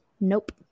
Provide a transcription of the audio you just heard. Nope